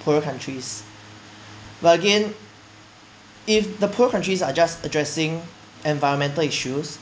poorer countries but again if the poorer countries are just addressing environmental issues